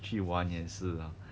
去玩也是啦